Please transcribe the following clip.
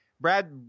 Brad